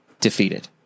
defeated